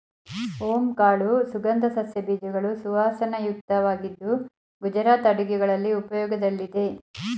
ಓಂ ಕಾಳು ಸುಗಂಧ ಸಸ್ಯ ಬೀಜಗಳು ಸುವಾಸನಾಯುಕ್ತವಾಗಿದ್ದು ಗುಜರಾತ್ ಅಡುಗೆಗಳಲ್ಲಿ ಉಪಯೋಗದಲ್ಲಿದೆ